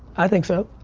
i think so.